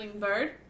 bird